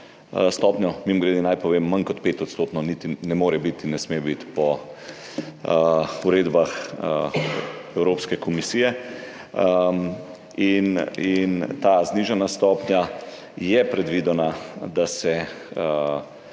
stopnjo. Mimogrede naj povem, manj kot 5-odstotna niti ne more biti in ne sme biti po uredbah Evropske komisije. Za to znižano stopnjo je predvideno,